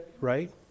right